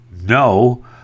no